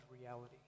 reality